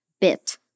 bit